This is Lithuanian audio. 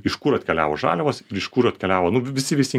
iš kur atkeliavo žaliavos ir iš kur atkeliavo nu visi visi